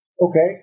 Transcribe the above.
Okay